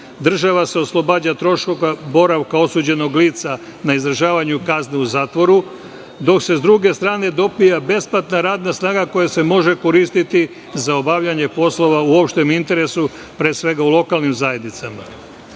Država se oslobađa troškova boravka osuđenog lica na izdržavanju kazne u zatvoru, dok se sa druge strane dobija besplatna radna snaga koja se može koristiti za obavljanje poslova u opštem interesu, pre svega u lokalnim zajednicama.U